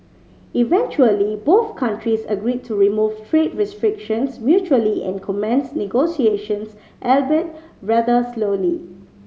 eventually both countries agreed to remove trade restrictions mutually and commence negotiations albeit rather slowly